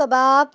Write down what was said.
কবাব